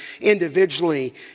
individually